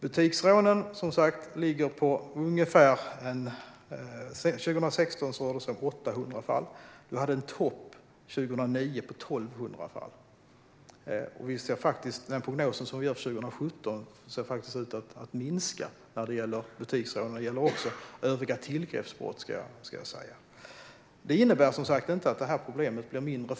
Butiksrånen ligger var som sagt ungefär 800 år 2016. Vi hade en topp 2009 på 1 200 fall, och i den prognos som vi gör för 2017 ser butiksrånen faktiskt ut att minska, vilket även gäller övriga tillgreppsbrott. Detta innebär som sagt var inte att problemet blir mindre.